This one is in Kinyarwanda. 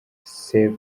save